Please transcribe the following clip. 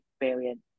experience